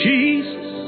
Jesus